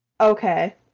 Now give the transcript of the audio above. Okay